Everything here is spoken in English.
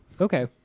Okay